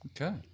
Okay